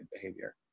behavior